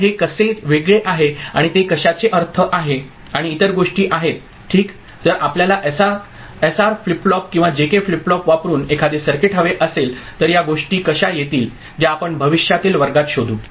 तर हे कसे वेगळे आहे आणि ते कशाचे अर्थ आहे आणि इतर गोष्टी आहेत ठीक जर आपल्याला एसआर फ्लिप फ्लॉप किंवा जेके फ्लिप फ्लॉप वापरुन एखादे सर्किट हवे असेल तर या गोष्टी कशा येतील ज्या आपण भविष्यातील वर्गात शोधू